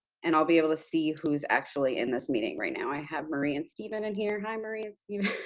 and i'll be able to see who's actually in this meeting. right now i have marie and steven in here, hi, marie and steven.